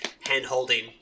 hand-holding